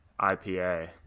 IPA